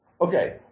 Okay